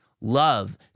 love